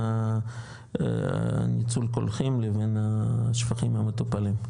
ניצול הקולחים לבין השפכים המטופלים?